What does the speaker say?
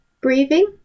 breathing